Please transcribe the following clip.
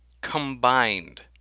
Combined